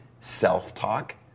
self-talk